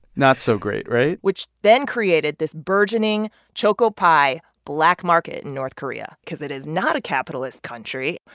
not so great, right? which then created this burgeoning choco pie black market in north korea cause it is not a capitalist country,